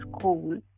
school